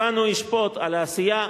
אותנו ישפוט על העשייה,